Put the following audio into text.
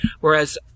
Whereas